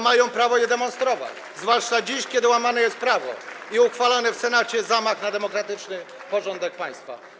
Mają prawo je demonstrować, zwłaszcza dziś, kiedy łamane jest prawo i w Senacie uchwalany jest zamach na demokratyczny porządek państwa.